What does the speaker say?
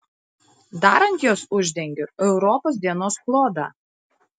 dar ant jos uždengiu europos dienos klodą